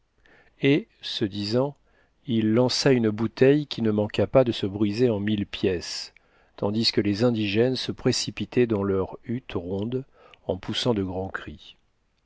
et ce disant il lança une bouteille qui ne manqua pas de se briser en mille pièces tandis que les indigènes se précipitaient dans leurs hutte rondes en poussant de grands cris